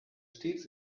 stets